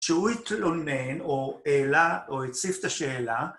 שהוא התלונן, או העלה, או הציף את השאלה.